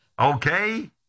okay